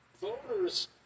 voters